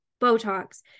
Botox